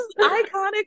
iconic